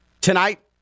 tonight